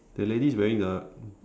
the lady is wearing a